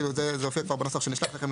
זה הופיע כבר בנוסח שנשלח לכם,